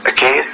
Okay